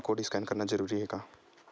QR code scan करना जरूरी हे का?